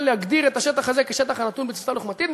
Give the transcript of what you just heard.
להגדיר את השטח הזה כשטח הנתון בתפיסה לוחמתית,